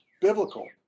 biblical